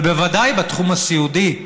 אבל בוודאי בתחום הסיעודי,